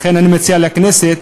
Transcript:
לכן אני מציע לכנסת